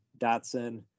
Dotson